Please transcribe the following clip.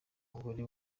umugore